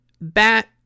bat